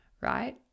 right